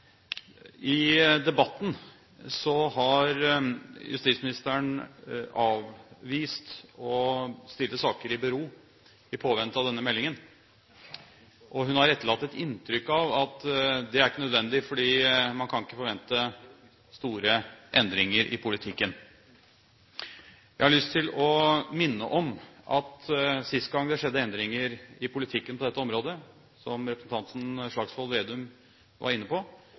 I debatten har justisministeren avvist å stille saker i bero i påvente av denne meldingen. Hun har etterlatt et inntrykk av at det ikke er nødvendig fordi man kan ikke forvente store endringer i politikken. Jeg har lyst til å minne om at sist gang det skjedde endringer i politikken på dette området, som representanten Slagsvold Vedum var inne på,